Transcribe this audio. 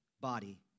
body